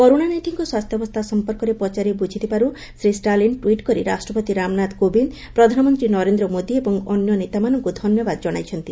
କରୁଣାନିଧିଙ୍କ ସ୍ୱାସ୍ଥ୍ୟାବସ୍ଥା ସମ୍ପର୍କରେ ପଚାରି ବୁଝିଥିବାରୁ ଶ୍ରୀ ଷ୍ଟାଳିନ୍ ଟ୍ୱିଟ୍ କରି ରାଷ୍ଟ୍ରପତି ରାମନାଥ କୋବିନ୍ଦ୍ ପ୍ରଧାନମନ୍ତ୍ରୀ ନରେନ୍ଦ୍ର ମୋଦି ଏବଂ ଅନ୍ୟ ନେତାମାନଙ୍କୁ ଧନ୍ୟବାଦ ଜଣାଇଛନ୍ତି